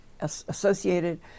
associated